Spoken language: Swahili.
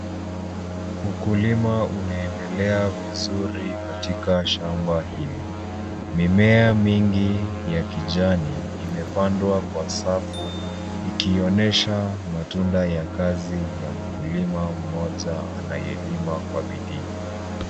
Ukulima unaendelea vizuri katika shamba hili. Mimea mingi ya kijani imepandwa kwa safu ikionyesha matunda ya kazi ya mkulima mmoja anayelima kwa bidii.